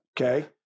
Okay